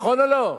נכון או לא?